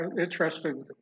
interesting